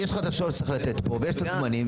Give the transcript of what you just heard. יש לך את השעות שאתה צריך לתת פה ויש את הזמנים.